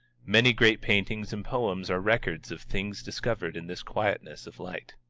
many great paintings and poems are records of things discovered in this quietness of light.